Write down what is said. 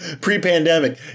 Pre-pandemic